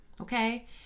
Okay